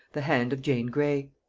the hand of jane grey.